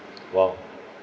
!wow!